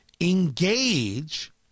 engage